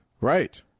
Right